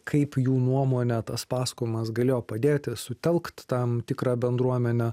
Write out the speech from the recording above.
kaip jų nuomone tas pasakojimas galėjo padėti sutelkt tam tikrą bendruomenę